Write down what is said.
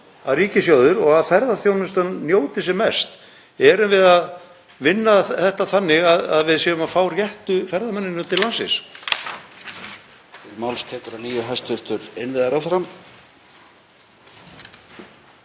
og ríkissjóður og ferðaþjónustan njóti sem mest. Erum við að vinna þetta þannig að við séum að fá réttu ferðamennina til landsins?